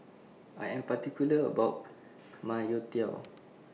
I Am particular about My Youtiao